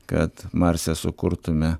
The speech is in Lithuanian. kad marse sukurtume